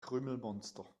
krümelmonster